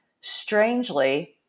strangely